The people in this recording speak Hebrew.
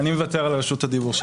שניר מוותר על רשות הדיבור.